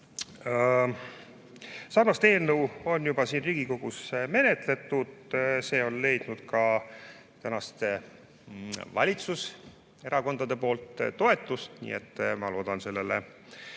Sarnast eelnõu on siin Riigikogus juba menetletud, see on leidnud ka tänaste valitsuserakondade toetuse, nii et ma loodan sellele